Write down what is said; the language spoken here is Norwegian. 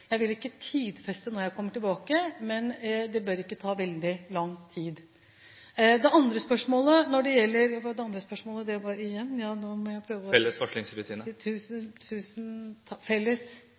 jeg skal se på dette. Jeg vil ikke tidfeste når jeg kommer tilbake, men det bør ikke ta veldig lang tid. Det andre spørsmålet, når det gjelder … Hva var det andre spørsmålet igjen? Det var felles varslingsrutiner. Nettopp. Vi er